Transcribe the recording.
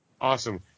Awesome